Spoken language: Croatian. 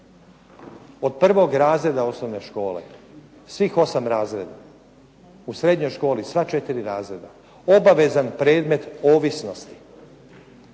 Od prvog razreda osnovne škole, svih 8 razreda. U srednjoj školi sva 4 razreda. Obavezan predmet ovisnosti